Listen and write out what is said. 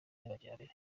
y’amajyambere